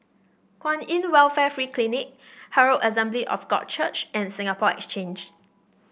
Kwan In Welfare Free Clinic Herald Assembly of God Church and Singapore Exchange